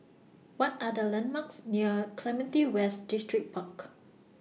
What Are The landmarks near Clementi West Distripark